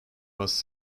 was